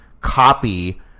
copy